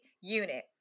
unit